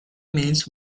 means